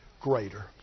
greater